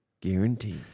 guaranteed